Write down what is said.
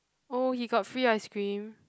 oh he got free ice cream